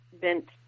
bent